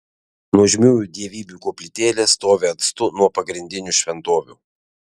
nuožmiųjų dievybių koplytėlės stovi atstu nuo pagrindinių šventovių